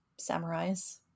samurais